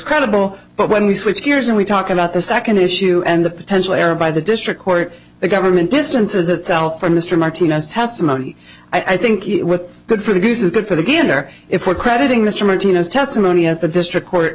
credible but when we switch gears and we talk about the second issue and the potential error by the district court the government distances itself from mr martinez testimony i think what's good for the goose is good for the gander if we're crediting mr martinez testimony as the district court